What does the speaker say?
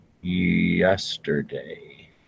yesterday